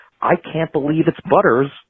I-can't-believe-it's-butters